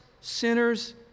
sinners